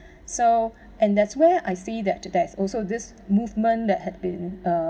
so and that's where I see that there's also this movement that had been uh